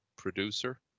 producer